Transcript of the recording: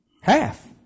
Half